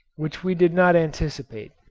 which we did not anticipate,